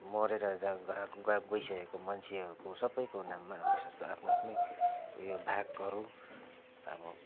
मरेर जानुभएको गा गइसकेको मान्छेहरूको सबैको नाममा अब यस्तो यस्तो आफ्नो आफ्नो उयो भागहरू अब